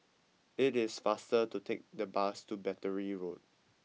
it is faster to take the bus to Battery Road